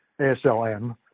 ASLM